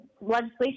legislation